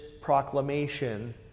proclamation